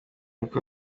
uko